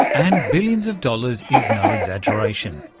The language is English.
and billions of dollars is no exaggeration.